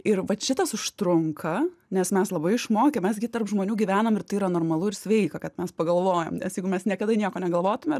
ir vat šitas užtrunka nes mes labai išmokę mes gi tarp žmonių gyvenam ir tai yra normalu ir sveika kad mes pagalvojam nes jeigu mes niekada nieko negalvotume